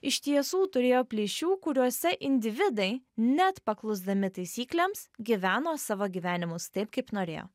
iš tiesų turėjo plyšių kuriuose individai net paklusdami taisyklėms gyveno savo gyvenimus taip kaip norėjo